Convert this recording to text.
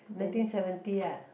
nineteen seventy ah